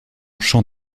champ